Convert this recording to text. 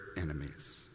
enemies